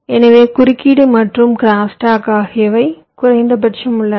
எனவே குறுக்கீடு மற்றும் க்ரோஸ்டாக் ஆகியவை குறைந்தபட்சம் உள்ளன